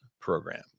program